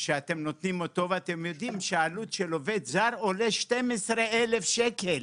ואתם יודעים שהעלות של עובד זר היא 12,000 שקלים.